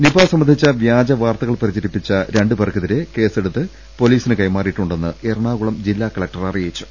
Nipah സംബന്ധിച്ച വൃാജവാർത്തകൾ പ്രചരിപ്പിച്ച രണ്ടു പേർക്കെതിരെ കേസെടുത്ത് പൊലീസിന് കൈമാറിയിട്ടു ണ്ടെന്ന് എറണാകുളം ജില്ലാ കലക്ടർ അറിയിച്ചു